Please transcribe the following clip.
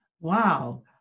Wow